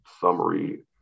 summary